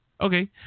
Okay